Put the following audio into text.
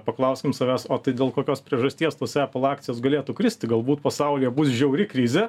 paklauskim savęs o tai dėl kokios priežasties tos epl akcijos galėtų kristi galbūt pasaulyje bus žiauri krizė